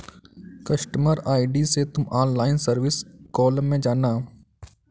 customer ID से तुम online service column में जाना